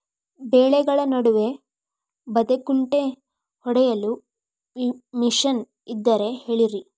ಬೆಳೆಗಳ ನಡುವೆ ಬದೆಕುಂಟೆ ಹೊಡೆಯಲು ಮಿಷನ್ ಇದ್ದರೆ ಹೇಳಿರಿ